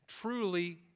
truly